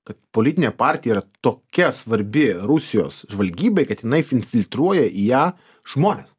kad politinė partija yra tokia svarbi rusijos žvalgybai kad jinai finfiltruoja į ją žmones